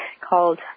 called